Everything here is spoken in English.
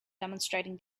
demonstrating